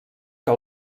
que